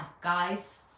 guys